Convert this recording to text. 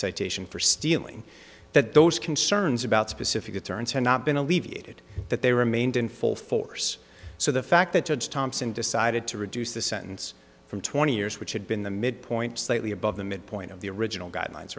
citation for stealing that those concerns about specific it turns have not been alleviated that they remained in full force so the fact that thompson decided to reduce the sentence from twenty years which had been the midpoint slightly above the midpoint of the original guidelines